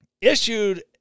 issued